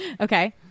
Okay